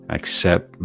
accept